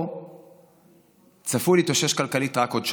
שלוש דקות לאדוני.